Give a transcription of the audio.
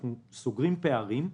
אנחנו סוגרים פערים.